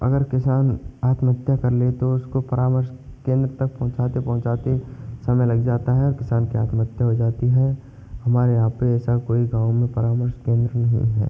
अगर किसान आत्महत्या कर ले तो उसको परामर्श केंद्र तक पहुंचाते पहुंचाते समय लग जाता है किसान की आत्महत्या हो जाती है हमारे यहाँ पे कोई ऐसा परामर्श केंद्र नहीं है